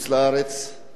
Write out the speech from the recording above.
בעיקר רפואה.